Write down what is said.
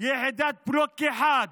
יחידת בלוק אחת